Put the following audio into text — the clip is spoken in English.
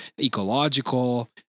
ecological